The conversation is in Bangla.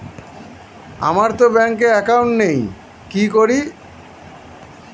আমারতো ব্যাংকে একাউন্ট নেই কি করি?